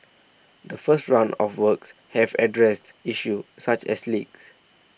the first round of works have addressed issues such as leaks